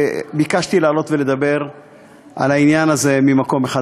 ביקשתי לעלות ולדבר על העניין הזה ממקום אחד,